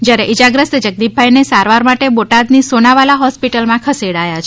જયારે ઇજાગ્રસ્ત જગદીપભાઇને સારવાર માટે બોટાદની સોનાવાલા હોસ્પીટલમાં ખસેડાયેલ છે